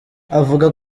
avuga